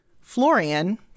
Florian